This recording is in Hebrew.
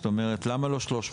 זאת אומרת, למה לא 300?